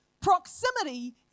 proximity